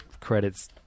credits